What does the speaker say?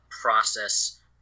process